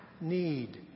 need